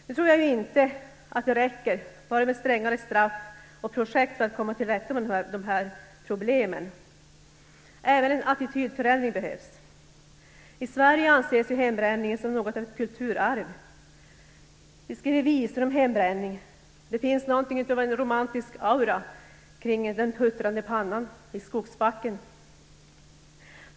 Nu tror jag inte att det räcker med bara strängare straff och projekt för att komma till rätta med problemen. Även en attitydförändring behövs. I Sverige anses hembränningen som något av ett kulturarv. Vi skriver visor om hembränning, och det finns något av en romantisk aura kring den puttrande pannan i skogsbacken.